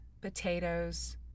potatoes